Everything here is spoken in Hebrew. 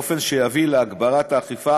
באופן שיביא להגברת האכיפה